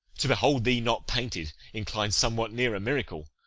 to behold thee not painted inclines somewhat near a miracle.